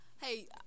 hey